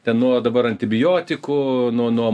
ten nuo dabar antibiotikų nuo nuo